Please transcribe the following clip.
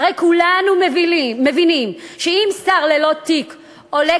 הרי כולנו מבינים שאם שר ללא תיק עולה